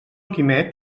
quimet